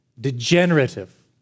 degenerative